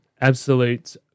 Absolute